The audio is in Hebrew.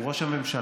הוא ראש הממשלה,